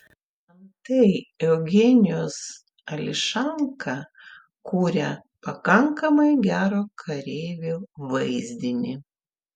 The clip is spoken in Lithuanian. antai eugenijus ališanka kuria pakankamai gero kareivio vaizdinį